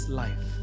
life